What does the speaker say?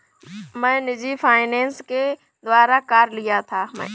मैं निजी फ़ाइनेंस के द्वारा कार लिया था